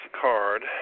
card